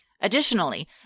Additionally